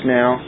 now